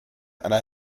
einer